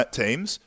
teams